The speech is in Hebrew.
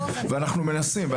ואנחנו מנסים,